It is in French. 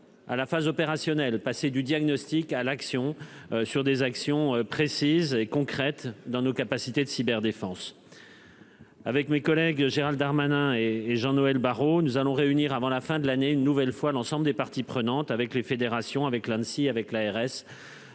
À la phase opérationnelle passer du diagnostic à l'action sur des actions précises et concrètes dans nos capacités de cyberdéfense. Avec mes collègues Gérald Darmanin et et Jean-Noël Barrot, nous allons réunir avant la fin de l'année, une nouvelle fois l'ensemble des parties prenantes, avec les fédérations avec l'Inde. Si avec l'ARS